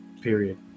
Period